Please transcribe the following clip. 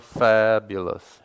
fabulous